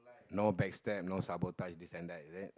no back stab no sabotage this and that is it